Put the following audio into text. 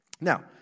Now